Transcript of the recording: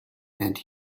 and